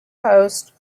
post